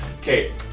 Okay